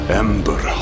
ember